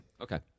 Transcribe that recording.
Okay